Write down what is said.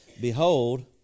Behold